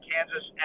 Kansas